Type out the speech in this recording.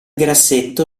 grassetto